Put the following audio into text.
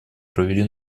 провели